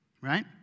Right